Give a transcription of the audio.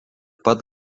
pat